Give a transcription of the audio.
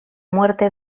muerte